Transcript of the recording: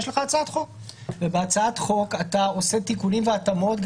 יש לך הצעת חוק ובהצעת החוק אתה עושה תיקונים והתאמות,